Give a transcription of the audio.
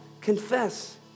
Confess